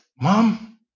Mom